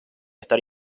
estar